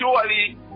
surely